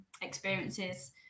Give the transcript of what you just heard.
experiences